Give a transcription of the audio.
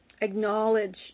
acknowledge